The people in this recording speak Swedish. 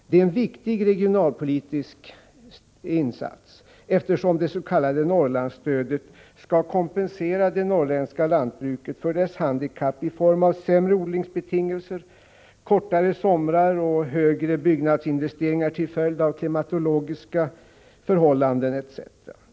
Det är en viktig regionalpolitisk insats, eftersom det s.k. Norrlandsstödet skall kompensera det norrländska lantbruket för dess handikapp i form av sämre odlingsbetingelser, kortare somrar och högre byggnadsinvesteringar till följd av klimatologiska förhållanden, etc.